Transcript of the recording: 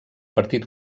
partit